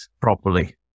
properly